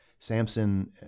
Samson